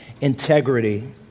integrity